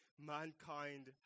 mankind